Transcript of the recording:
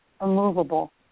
immovable